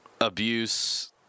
Abuse